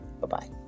bye-bye